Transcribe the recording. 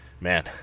man